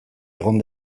egon